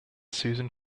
susan